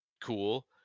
cool